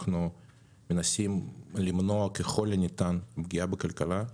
אנחנו מנסים למנוע ככל הניתן פגיעה בכלכלה,